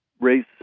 race